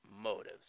motives